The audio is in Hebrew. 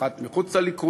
אחת מחוץ לליכוד.